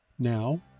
Now